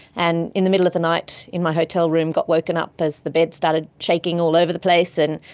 and in the middle of the night in my hotel room i got woken up as the bed started shaking all over the place. and